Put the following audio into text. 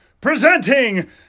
presenting